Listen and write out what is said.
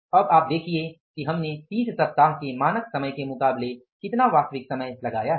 अब आप देखिए कि हमने 30 सप्ताह के मानक समय के मुकाबले कितना वास्तविक समय लगाया है